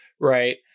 right